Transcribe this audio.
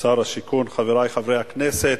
שר השיכון, חברי חברי הכנסת,